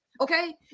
okay